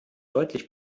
deutlich